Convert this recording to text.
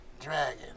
Dragon